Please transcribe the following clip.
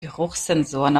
geruchssensoren